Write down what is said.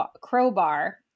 crowbar